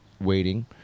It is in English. waiting